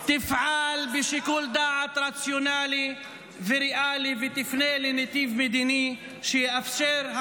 תפעל בשיקול דעת רציונלי וריאלי ותפנה לנתיב מדיני שיאפשר את